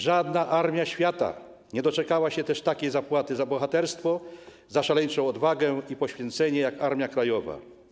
Żadna armia świata nie doczekała się też takiej zapłaty za bohaterstwo, za szaleńczą odwagę i poświęcenie, jak Armia Krajowa.